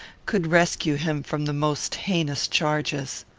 could rescue him from the most heinous charges.